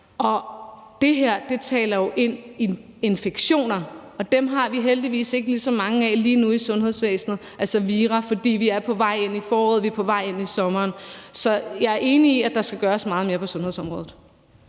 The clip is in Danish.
Det her taler jo ind i infektioner, og dem har vi heldigvis ikke lige så mange af lige nu i sundhedsvæsenet, altså vira, fordi vi er på vej ind i foråret, vi er på vej ind i sommeren. Så jeg er enig i, at der skal gøres meget mere på sundhedsområdet.